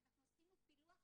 אנחנו עשינו פילוח,